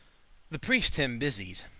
the priest him busied,